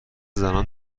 زنان